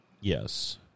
Yes